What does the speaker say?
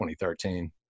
2013